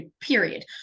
period